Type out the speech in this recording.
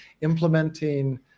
implementing